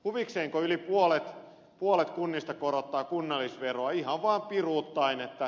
huvikseenko yli puolet kunnista korottaa kunnallisveroa ihan vaan piruuttaan